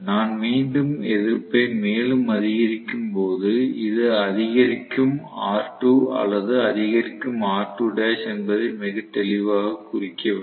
நான் மீண்டும் எதிர்ப்பை மேலும் அதிகரிக்கும்போது இது அதிகரிக்கும் R2 அல்லது அதிகரிக்கும் R2l என்பதை மிகத் தெளிவாகக் குறிக்க வேண்டும்